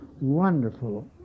wonderful